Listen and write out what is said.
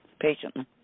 patiently